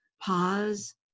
pause